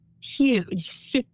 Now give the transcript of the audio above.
huge